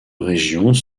régions